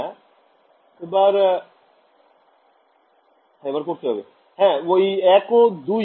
ছাত্র ছাত্রিঃ এবার করতে হবে হ্যাঁ ১ ও ২